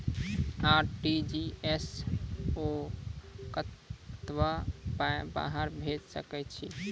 RTGS सअ कतबा पाय बाहर भेज सकैत छी?